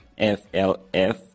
FLF